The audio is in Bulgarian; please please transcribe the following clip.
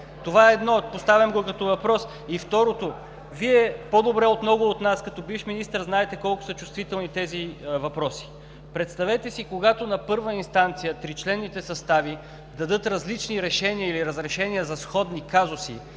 Това е едно – поставям го като въпрос. И второ, Вие по-добре от много от нас като бивш министър знаете колко са чувствителни тези въпроси. Представете си, когато на първа инстанция тричленните състави дадат различни решения или разрешения за сходни казуси